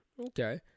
Okay